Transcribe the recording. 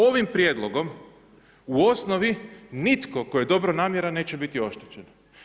Ovim prijedlogom u osnovi nitko tko je dobronamjeran neće biti oštećen.